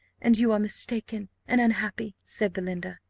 and you are mistaken and unhappy, said belinda.